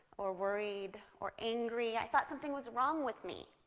or worried, or angry, i thought something was wrong with me.